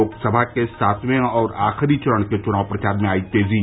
लोकसभा के सातवें और आखिरी चरण के चुनाव प्रचार में आई तेजी